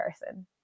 person